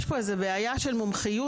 יש פה איזו בעיה של מומחיות,